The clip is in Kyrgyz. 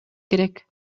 керек